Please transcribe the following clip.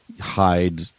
hide